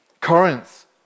Corinth